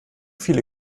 viele